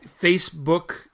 Facebook